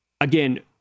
again